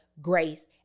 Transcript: grace